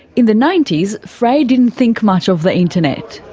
in the nineties, fray didn't think much of the internet.